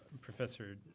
Professor